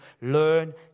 learn